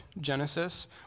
genesis